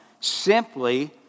simply